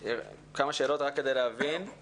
כמה שאלות רק כדי להבין.